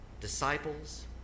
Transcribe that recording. Disciples